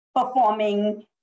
performing